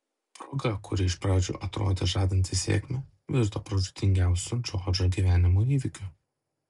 proga kuri iš pradžių atrodė žadanti sėkmę virto pražūtingiausiu džordžo gyvenimo įvykiu